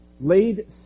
laid